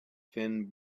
thin